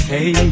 Hey